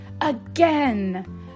again